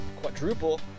Quadruple